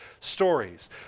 stories